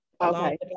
okay